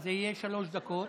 זה יהיה שלוש דקות.